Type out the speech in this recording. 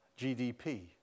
GDP